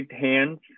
hands